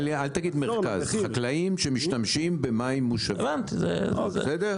אל תגיד מרכז, חקלאים שמשתמשים במים מושבים, בסדר?